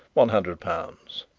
one hundred pounds.